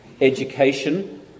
education